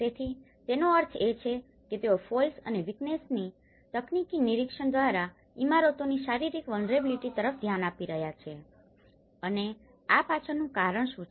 તેથી તેનો અર્થ છે કે તેઓ ફોલ્સ અને વિકનેસ ની તકનીકી નિરીક્ષણ દ્વારા ઇમારતોની શારીરિક વલ્નરેબીલીટી તરફ ધ્યાન આપી રહ્યાં છે અને આ પાછળનું કારણ શું છે